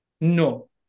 No